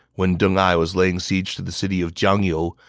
when deng ai was laying siege to the city of jiangyou,